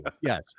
Yes